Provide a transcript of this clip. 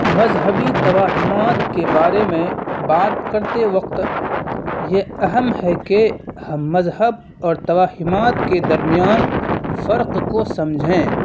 مذہبی توہمات کے بارے میں بات کرتے وقت یہ اہم ہے کہ ہم مذہب اور توہمات کے درمیان فرق کو سمجھیں